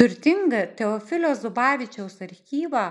turtingą teofilio zubavičiaus archyvą